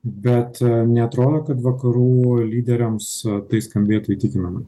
bet neatrodo kad vakarų lyderiams tai skambėtų įtikinamai